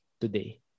today